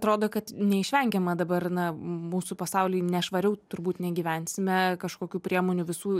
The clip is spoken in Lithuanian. atrodo kad neišvengiama dabar na mūsų pasauly nešvariau turbūt negyvensime kažkokių priemonių visų